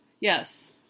Yes